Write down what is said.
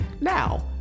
Now